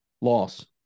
Loss